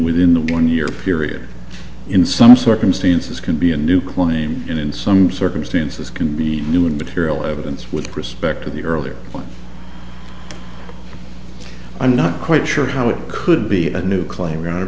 within the one year period in some circumstances can be a new claim and in some circumstances can be new material evidence with respect to the earlier one i'm not quite sure how it could be a n